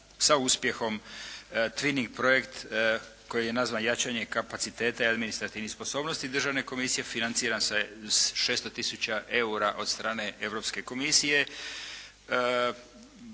sa uspjehom twining projekt koji je nazvan jačanje kapaciteta i administrativnih sposobnosti Državne komisije financiran sa 600 tisuća eura od strane Europske komisije.